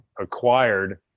acquired